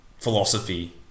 Philosophy